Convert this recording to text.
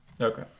Okay